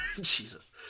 Jesus